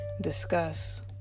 discuss